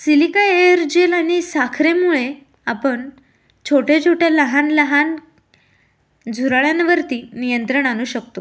silica aerogel आणि साखरेमुळे आपण छोटेछोटे लहानलहान झुरळांवरती नियंत्रण आणू शकतो